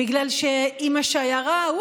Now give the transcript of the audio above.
בגלל שעם השיירה,